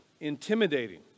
intimidating